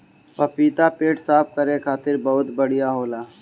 पपीता पेट साफ़ करे खातिर बहुते बढ़िया होला